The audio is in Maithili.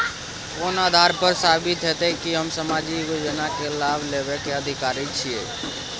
कोन आधार पर साबित हेते की हम सामाजिक योजना के लाभ लेबे के अधिकारी छिये?